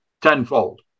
tenfold